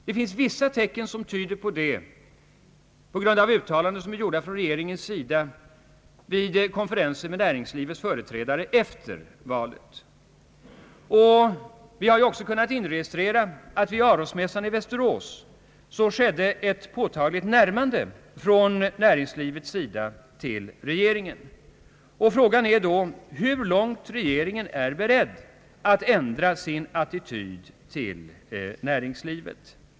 Det finns vissa tecken, som tyder på detta på grund av uttalanden som regeringen har gjort vid konferenser med näringslivets företrädare efter valet. Vi har också kunnat inregistrera att det vid Arosmässan i Västerås skedde ett påtagligt närmande från näringslivets sida till regeringen. Frågan är då hur långt regeringen är beredd att ändra sin attityd till näringslivet.